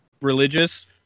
religious